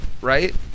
right